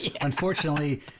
unfortunately